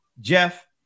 Jeff